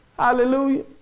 Hallelujah